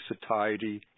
satiety